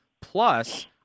Plus